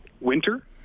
Winter